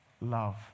love